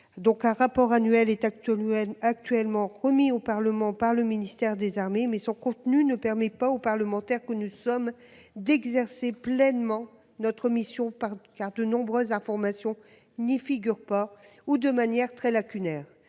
Un rapport est remis chaque année par le ministère des armées, mais son contenu ne permet pas aux parlementaires que nous sommes d'exercer pleinement notre mission, car nombre d'informations n'y figurent pas, ou de manière très lacunaire.